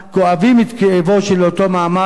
כואבים את כאבו של אותו מעמד,